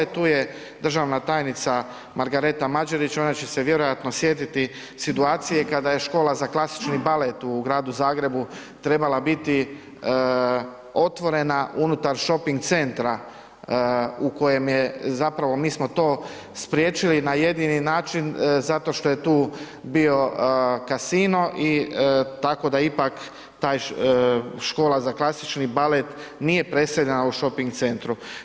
Tu je državna tajnica Margareta Mađarić, ona će se vjerojatno sjetiti situacije kada je Škola za klasični balet u Gradu Zagrebu trebala biti otvorena unutar Shopping centra u kojem je, zapravo mi smo to spriječili na jedini način zato što je tu bio Casino i tako da ipak taj, Škola za klasični balet nije preseljena u Shopping centru.